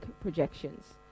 projections